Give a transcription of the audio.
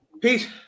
Pete